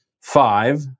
five